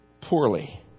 poorly